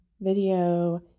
video